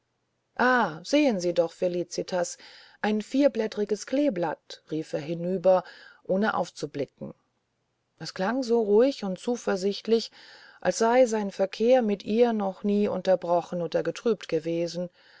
sehen sie doch felicitas ein vierblätteriges kleeblatt rief er hinüber ohne aufzublicken das klang so ruhig und zuversichtlich als sei sein verkehr mit ihr noch nie unterbrochen oder getrübt gewesen